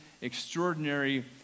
extraordinary